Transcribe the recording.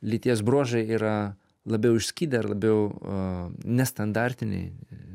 lyties bruožai yra labiau išskydę ir labiau nestandartiniai